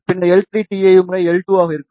பின்னர் L3 டிஎயு முறை L2 ஆக இருக்கும்